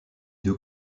deux